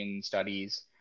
studies